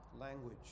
language